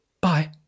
Bye